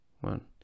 one